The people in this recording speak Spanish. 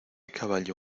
caballo